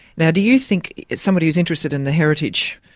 now do you think as somebody who's interested in the heritage,